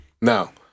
Now